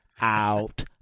out